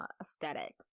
aesthetic